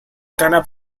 karena